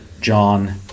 John